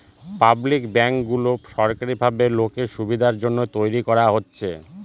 public ব্যাঙ্কগুলো সরকারি ভাবে লোকের সুবিধার জন্য তৈরী করা হচ্ছে